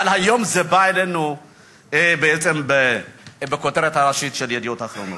אבל היום זה בא אלינו בעצם בכותרת הראשית של "ידיעות אחרונות".